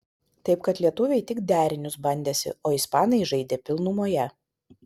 taip kad lietuviai tik derinius bandėsi o ispanai žaidė pilnumoje